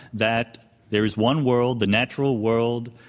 that there is one world, the natural world.